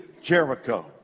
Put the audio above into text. Jericho